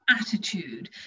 attitude